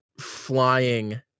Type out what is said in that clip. flying